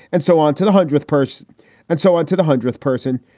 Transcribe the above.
and so on to the hundredth person and so on to the hundredth person,